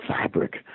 fabric